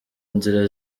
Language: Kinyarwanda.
nzira